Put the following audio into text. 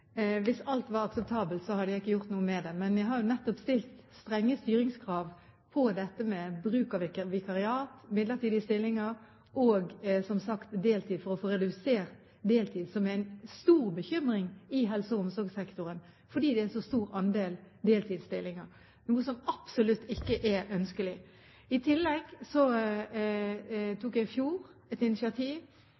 Hvis alt var akseptabelt, så hadde jeg ikke gjort noe med det. Men jeg har jo nettopp stilt strenge styringskrav til dette med bruk av vikariater, midlertidige stillinger og, som sagt, deltid – for å få redusert deltid, som er en stor bekymring i helse- og omsorgssektoren fordi det er en så stor andel deltidsstillinger, noe som absolutt ikke er ønskelig. I tillegg